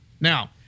Now